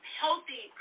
healthy